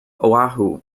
oahu